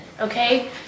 okay